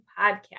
Podcast